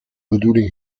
bedoeling